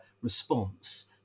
response